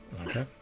Okay